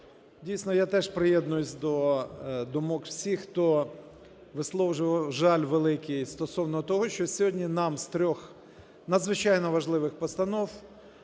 дійсно, я теж приєднуюсь до думок всіх, хто висловлював жаль великий стосовно того, що сьогодні нам з трьох надзвичайно важливих постанов